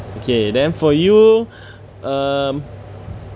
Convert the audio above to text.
okay then for you um